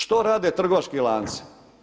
Što rade trgovački lanci?